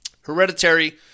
hereditary